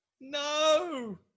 no